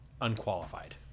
unqualified